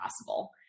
possible